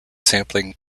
sampling